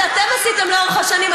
אבל מה שאתם עשיתם לאורך השנים,